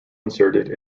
inserted